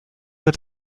wird